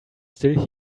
still